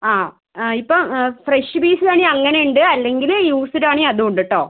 ആ ഇപ്പോൾ fresh piece വേണെങ്കിൽ അങ്ങനെ ഉണ്ട് അല്ലെങ്കിൽ യൂസ്ഡ് ആണ് അതും ഉണ്ട് കേട്ടോ